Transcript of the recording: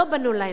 לא בנו להם.